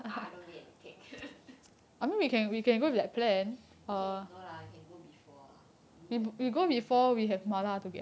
I don't need anything we can no lah we can go before lah maybe better